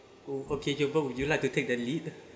oh okay would you like to take the lead